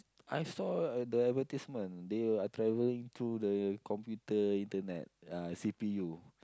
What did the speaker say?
I saw uh the advertisement they are travelling through the computer internet uh C_P_U